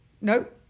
nope